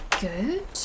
good